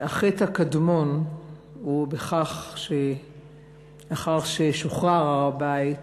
החטא הקדמון הוא שלאחר ששוחרר הר-הבית